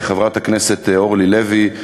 חברת הכנסת אורלי לוי,